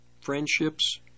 friendships